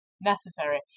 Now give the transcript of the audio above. necessary